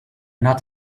not